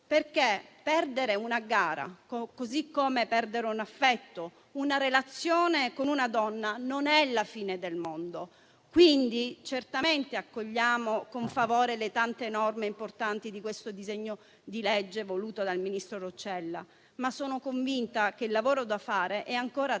perché perdere una gara, così come perdere un affetto, una relazione con una donna, non è la fine del mondo. Accogliamo quindi certamente con favore le tante norme importanti di questo disegno di legge voluto dal ministro Roccella, ma sono convinta che il lavoro da fare sia ancora tanto